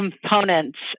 components